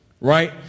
right